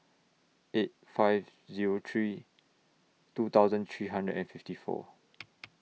eight five Zero three two thousand three hundred and fifty four